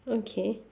okay